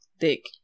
Thick